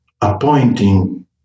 appointing